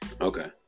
okay